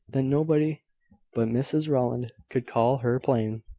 that nobody but mrs rowland could call her plain.